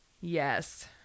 Yes